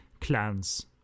clans